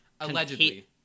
Allegedly